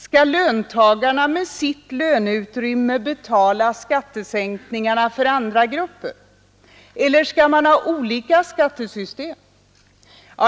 Skall löntagarna med sitt löneutrymme betala skattesänkningarna för andra grupper, eller skall man ha olika skattesystem?